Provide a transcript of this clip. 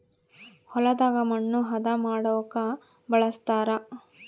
ಹೊಲದಾಗ ಮಣ್ಣು ಹದ ಮಾಡೊಕ ಬಳಸ್ತಾರ